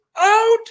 Out